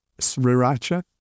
Sriracha